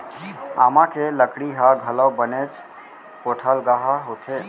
आमा के लकड़ी ह घलौ बनेच पोठलगहा होथे